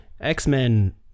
X-Men